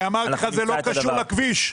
ואמרתי לך שזה לא קשור לכביש.